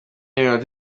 n’iminota